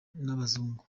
n’abazungu